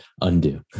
undo